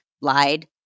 lied